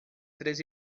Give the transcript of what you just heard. três